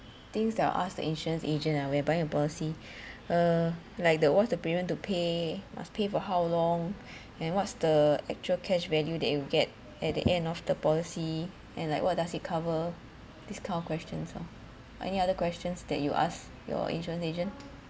things that I'll ask the insurance agent when buying a policy uh like the what's the premium to pay must pay for how long and what's the actual cash value that you get at the end of the policy and like what does it cover this kind of questions lor any other questions that you ask your insurance agent